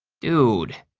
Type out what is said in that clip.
dude,